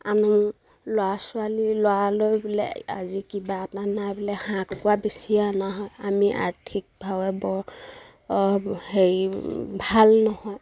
আনো ল'ৰা ছোৱালী ল'ৰা লৈ পেলাই আজি কিবা এটা নাই বোলে হাঁহ কুকুৰা বেছি আনা হয় আমি আৰ্থিকভাৱে বৰ হেৰি ভাল নহয়